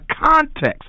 context